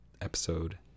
Episode